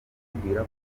amubwira